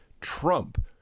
Trump